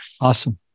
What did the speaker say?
Awesome